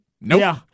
nope